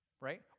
right